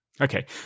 Okay